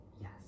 yes